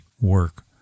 work